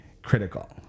Critical